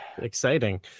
exciting